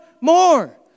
more